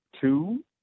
two